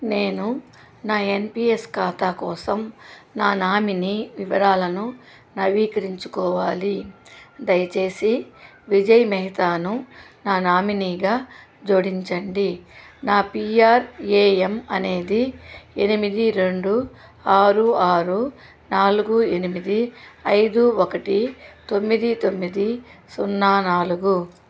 నేను నా N P S ఖాతా కోసం నా నామినీ వివరాలను నవీకరించుకోవాలి దయచేసి విజయ్ మెహతాను నా నామినీగా జోడించండి నా పీ ఆర్ ఏ ఎమ్ అనేది ఎనిమిది రెండు ఆరు ఆరు నాలుగు ఎనిమిది ఐదు ఒకటి తొమ్మిది తొమ్మిది సున్నా నాలుగు